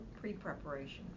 pre-preparation